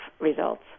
results